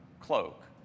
cloak